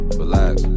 relax